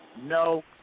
No